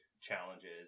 challenges